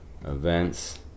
events